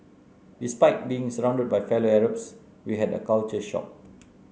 despite being surrounded by fellow Arabs we had a culture shock